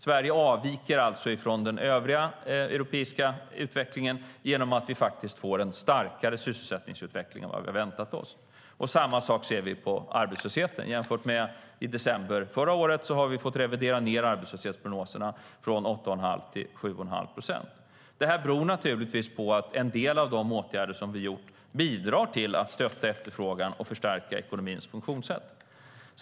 Sverige avviker alltså från den övriga europeiska utvecklingen genom att vi faktiskt får en starkare sysselsättningsutveckling än vi hade väntat oss. Samma sak ser vi när det gäller arbetslösheten: Jämfört med i december förra året har vi fått revidera ned arbetslöshetsprognoserna från 8 1⁄2 till 7 1⁄2 procent. Detta beror naturligtvis på att en del av de åtgärder vi har vidtagit bidrar till att stötta efterfrågan och förstärka ekonomins funktionssätt.